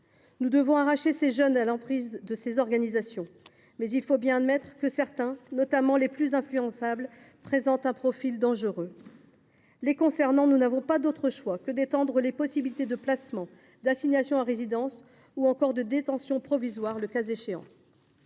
Nous devons arracher ces jeunes à l’emprise de ces organisations. Il faut toutefois admettre que certains jeunes, notamment les plus influençables, présentent un profil dangereux. En ce qui les concerne, nous n’avons pas d’autre choix que d’étendre les possibilités de placement, d’assignation à résidence ou encore, le cas échéant,